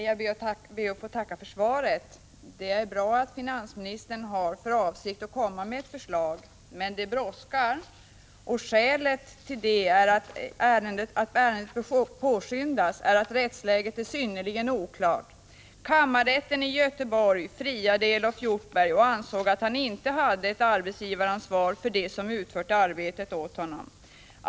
Herr talman! Jag ber att få tacka för svaret. Det är bra att finansministern har för avsikt att komma med ett förslag, men det brådskar. Skälet till att ärendet bör påskyndas är det att rättsläget är synnerligen oklart. Kammarrätten i Göteborg friade Elof Hjortberg och ansåg att han inte hade ett arbetsgivaransvar för dem som utfört arbetet åt honom.